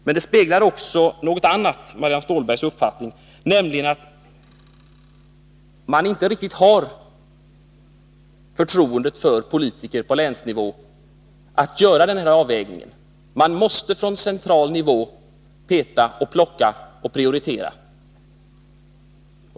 Men Marianne Stålbergs uppfattning speglar också något annat, nämligen att man inte riktigt har förtroende för politiker på länsnivå när det gäller att göra den här avvägningen. Man måste från central nivå peta och plocka och prioritera.